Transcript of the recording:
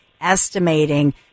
estimating